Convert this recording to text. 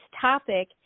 topic